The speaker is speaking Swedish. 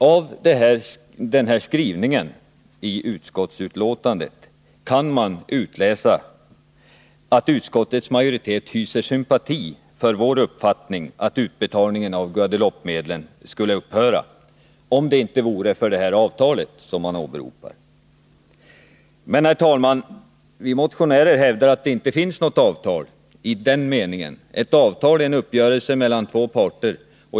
Av den här beskrivningen i utskottsbetänkandet kan man utläsa att utskottets majoritet hyser sympati för vår uppfattning, att utbetalningen av 'Guadeloupemedlen skulle upphöra — om det inte vore för det avtal som man åberopar. Men, herr talman, vi motionärer hävdar att det inte finns något avtal eftersom ett avtal är en uppgörelse mellan två parter.